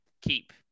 keep